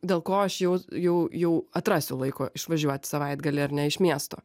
dėl ko aš jau jau jau atrasiu laiko išvažiuot savaitgalį ar ne iš miesto